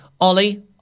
Ollie